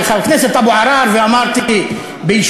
חבר הכנסת אבו עראר ואמרתי "ביישובו",